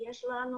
לנו